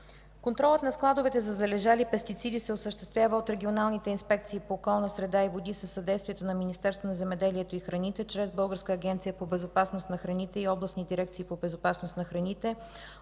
контролът на складовете за залежали пестициди се осъществява от регионалните инспекции по околната среда и водите, със съдействието на Министерството на земеделието и храните, чрез Българската агенция по безопасност на храните и областни дирекции по безопасност на храните,